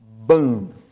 Boom